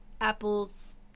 Apple's